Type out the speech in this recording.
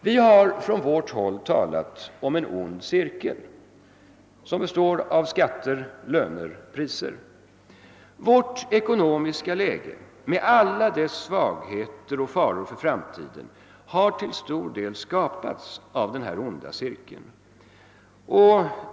Vi har från vårt håll talat om en ond cirkel som består av skatter—löner— priser. Vårt ekonomiska läge med alla dess svagheter och faror för framtiden har till stor del skapats av denna onda cirkel.